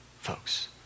folks